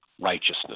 righteousness